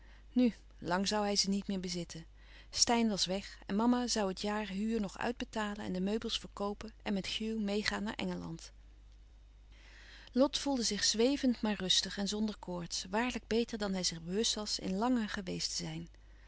nu lang zoû hij ze niet meer bezitten steyn was weg en mama zoû het jaar huur nog uitbetalen en de meubels verkoopen en met hugh meêgaan naar engeland lot voelde zich zwevend maar rustig en zonder koorts waarlijk beter dan hij zich bewust was in lange geweest te zijn